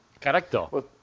Correcto